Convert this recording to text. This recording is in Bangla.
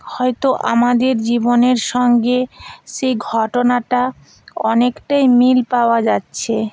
হয়তো আমাদের জীবনের সঙ্গে সেই ঘটনাটা অনেকটাই মিল পাওয়া যাচ্ছে